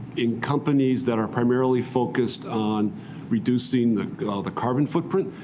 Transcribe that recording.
in companies that are primarily focused on reducing the the carbon footprint.